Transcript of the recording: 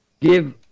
give